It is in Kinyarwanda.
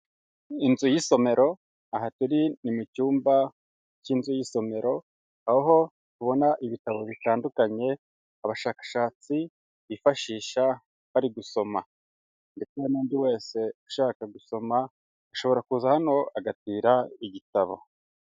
Inzu y'isomero aha turi ni mu cyumba cy'inzu y'isomero, aho ubona ibitabo bitandukanye abashakashatsi bifashisha bari gusoma ndetse n'undi wese ushaka gusoma ashobora kuza hano agatira igitabo.